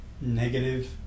negative